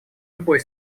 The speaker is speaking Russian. любой